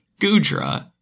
Gudra